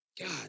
God